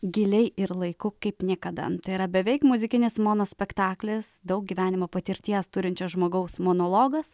giliai ir laiku kaip niekada tai yra beveik muzikinis monospektaklis daug gyvenimo patirties turinčio žmogaus monologas